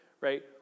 right